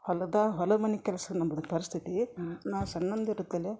ಹೊಲದ ಹೊಲ ಮನೆ ಕೆಲಸ ನಮ್ದು ಪರ್ಸ್ಥಿತಿ ನಾವು ಸಣ್ಣಂದಿರ್ತಲೆ